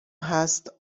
هست